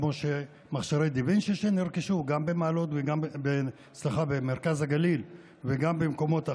כמו מכשירי דה-וינצ'י שנרכשו גם במרכז הגליל וגם במקומות אחרים.